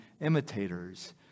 imitators